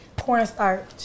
cornstarch